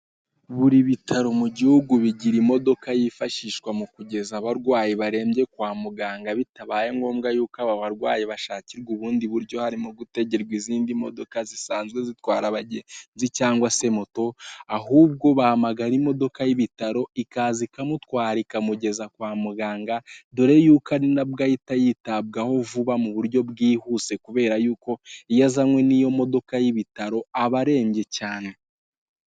Buri bitaro mu gihugu bigira imodoka yifashishwa mu kugeza abarwayi barembye kwa muganga bitabaye ngombwa y'uko aba barwayi bashakirwa ubundi buryo, harimo gutegerwa izindi modoka zisanzwe zitwara abagenzi cyangwa se moto ahubwo bahamagara imodoka y'ibitaro, ikaza ikamutwara ikamugeza kwa muganga, dore y'uko ari na bwo ahita yitabwaho vuba mu buryo bwihuse kubera y'uko iyo azanwe n'iyo modoka y'ibitaro, aba arembye cyane.